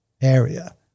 area